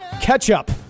Ketchup